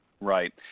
right